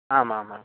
आमां हा